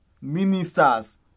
ministers